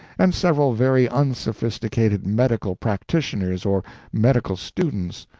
and several very unsophisticated medical practitioners or medical students,